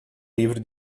livro